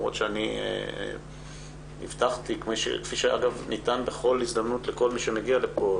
למרות שהבטחתי כפי שניתן בכל הזדמנות לכל מי שמגיע לכאן